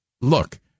look